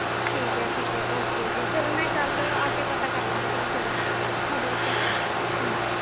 ਠੀਕ ਹੈ ਠੀਕ ਹੈ ਓਕੇ ਜੀ ਚਲੋ ਮੈਂ ਕੱਲ ਆ ਕੇ ਪਤਾ ਕਰ ਲਵਾਂਗੀ ਜੀ ਫੇਰ ਤੁਹਾਡੇ ਔਫਿਸ ਹਾਂ